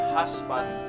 husband